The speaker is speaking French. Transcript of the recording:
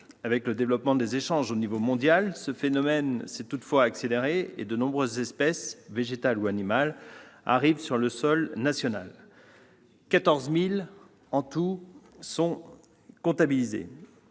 Avec le développement des échanges au niveau mondial, il s'est toutefois accéléré et de nombreuses espèces végétales ou animales arrivent sur le sol national. Au total, 14 000 sont comptabilisées.